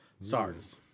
SARS